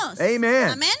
Amen